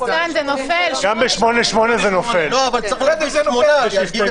לאסוף אותם ולגרום לכך שיש חוק מסגרת אחד שמדבר על המצב